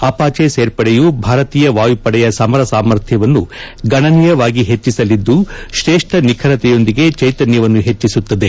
Apache ಸೇರ್ಪಡೆಯು ಭಾರತೀಯ ವಾಯುಪಡೆಯ ಸಮರ ಸಾಮರ್ಥ್ಯವನ್ನು ಗಣನೀಯವಾಗಿ ಹೆಚ್ಚಿಸಲಿದ್ದು ಶ್ರೇಷ್ಠ ನಿಖರತೆಯೊಂದಿಗೆ ಚೈತನ್ಯವನ್ನು ಹೆಚ್ಚಿಸುತ್ತದೆ